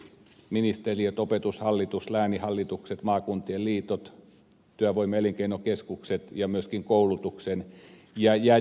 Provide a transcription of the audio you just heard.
ministeriöt opetushallitus lääninhallitukset maakuntien liitot työvoima ja elinkeinokeskukset ja myöskin koulutuksen järjestäjät